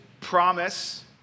promise